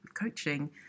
coaching